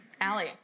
Allie